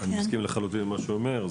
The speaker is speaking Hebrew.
אני מסכים לחלוטין עם מה שהוא אומר.